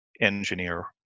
engineer